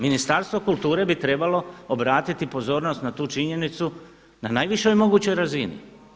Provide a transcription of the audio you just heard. Ministarstvo kulture bi trebalo obratiti pozornost na tu činjenicu na najvišoj mogućoj razini.